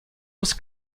was